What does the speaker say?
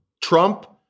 Trump